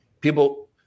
people